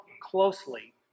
closely